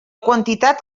quantitat